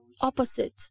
opposite